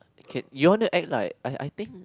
you want to act like I I think